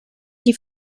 die